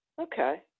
Okay